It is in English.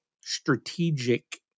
strategic